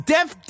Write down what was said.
Death